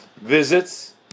visits